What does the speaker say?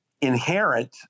inherent